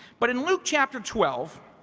but in luke chapter twelve,